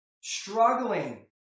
struggling